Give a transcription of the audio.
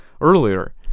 earlier